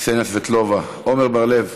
קסניה סבטלובה, עמר בר-לב.